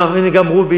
כולם, הנה, גם רובי,